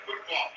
football